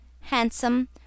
handsome